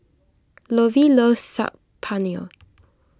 Lovey loves Saag Paneer